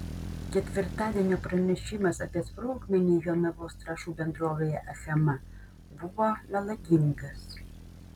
ketvirtadienio pranešimas apie sprogmenį jonavos trąšų bendrovėje achema buvo melagingas